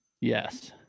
Yes